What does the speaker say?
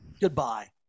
Goodbye